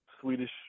Swedish